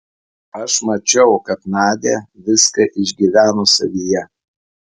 aš mačiau kad nadia viską išgyveno savyje